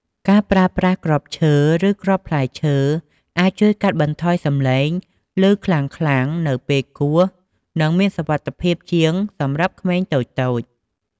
ការប្រើប្រាស់គ្រាប់ឈើ ឬគ្រាប់ផ្លែឈើអាចជួយកាត់បន្ថយសំឡេងឮខ្លាំងៗនៅពេលគោះ និងមានសុវត្ថិភាពជាងសម្រាប់ក្មេងតូចៗ។